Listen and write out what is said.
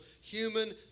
human